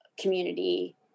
community